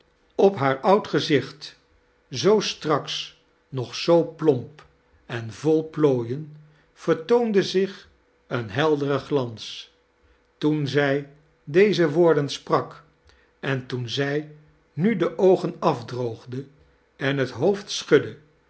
op haar oud gezicht zoo straks nog zoo plomp envoi plooin vertoonde zich een heldeire glans feoen zij deze woordeo sprak en toen zij nu de oogen afdroogde en het hoofd schudde